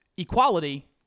Equality